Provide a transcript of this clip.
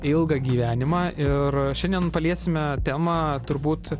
ilgą gyvenimą ir šiandien paliesime temą turbūt